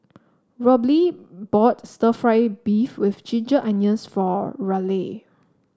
Robley bought stir fry beef with Ginger Onions for Raleigh